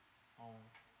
oh